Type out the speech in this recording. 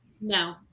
No